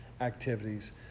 activities